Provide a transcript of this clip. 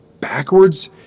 backwards